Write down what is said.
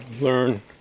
learn